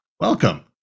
welcome